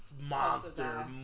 monster